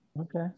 Okay